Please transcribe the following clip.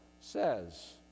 says